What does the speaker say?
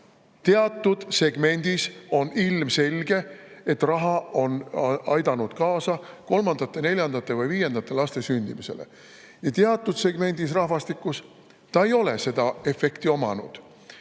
Teatud segmendi puhul on ilmselge, et raha on aidanud kaasa kolmandate, neljandate või viiendate laste sündimisele, ja teatud rahvastikusegmendis ei ole ta seda efekti omanud.